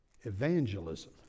evangelism